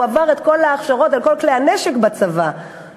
הוא עבר את כל ההכשרות על כל כלי הנשק בצבא והוא